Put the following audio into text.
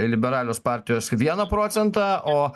liberalios partijos vieną procentą o